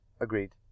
agreed